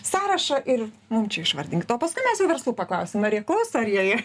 sąrašą ir mum čia išvardinkit o paskui mes jau verslų paklausim ar jie klauso ar jie jie